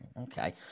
Okay